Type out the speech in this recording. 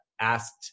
asked